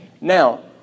Now